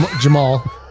jamal